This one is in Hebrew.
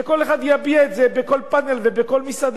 שכל אחד יביע את זה בכל פאנל ובכל מסעדה.